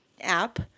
app